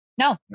No